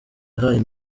yahaye